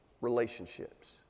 relationships